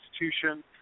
institution